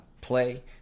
play